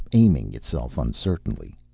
aiming itself uncertainly.